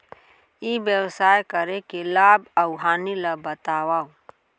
ई व्यवसाय करे के लाभ अऊ हानि ला बतावव?